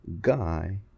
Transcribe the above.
guy